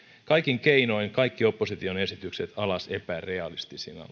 kaikin keinoin kaikki opposition esitykset alas epärealistisina